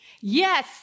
Yes